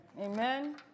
Amen